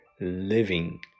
living